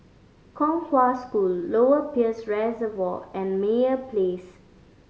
Kong Hwa School Lower Peirce Reservoir and Meyer Place